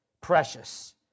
precious